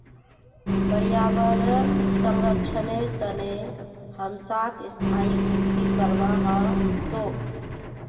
पर्यावन संरक्षनेर तने हमसाक स्थायी कृषि करवा ह तोक